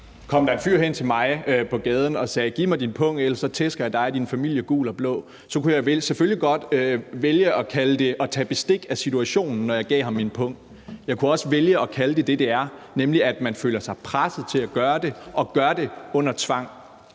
Kom der en fyr hen til mig på gaden og sagde: Giv mig din pung, ellers tæsker jeg dig og din familie gul og blå, så kunne jeg selvfølgelig godt vælge at kalde det at tage bestik af situationen, når jeg gav ham min pung. Jeg kunne også vælge at kalde det det, det er, nemlig at man føler sig presset til at gøre det og gør det under tvang.